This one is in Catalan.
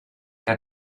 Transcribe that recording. que